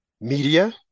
media